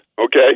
Okay